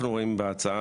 אנחנו רואים בהצעה,